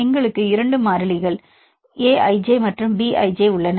எங்களுக்கு இரண்டு மாறிலிகள் A i j மற்றும் B i j உள்ளன